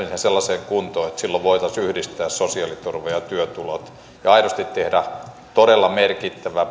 sellaiseen kuntoon että silloin voitaisiin yhdistää sosiaaliturva ja työtulot ja aidosti tehdä todella merkittävä